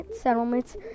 settlements